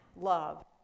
love